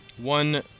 One